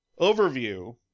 overview